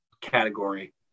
category